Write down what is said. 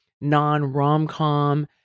non-rom-com